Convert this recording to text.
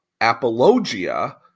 apologia